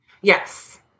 Yes